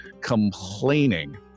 complaining